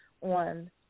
on